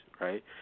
right